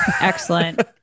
Excellent